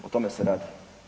O tome se radi.